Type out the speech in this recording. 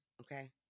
okay